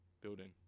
building